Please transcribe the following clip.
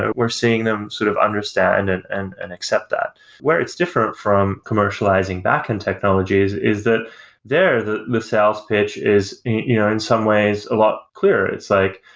we're seeing them sort of understand and and and accept that where it's different from commercializing back-end technologies is that there, the the sales pitch is you know in some ways a lot clearer. it's like,